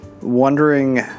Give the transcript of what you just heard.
wondering